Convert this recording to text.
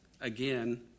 again